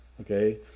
Okay